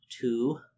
two